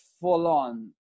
full-on